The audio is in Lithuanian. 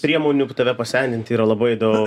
priemonių tave pasendinti yra labai dau